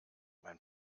mein